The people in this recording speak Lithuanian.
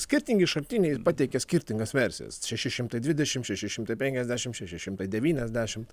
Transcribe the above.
skirtingi šaltiniai pateikia skirtingas versijas šeši šimtai dvidešim šeši šimtai penkiasdešim šeši šimtai devyniasdešimt